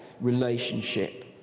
relationship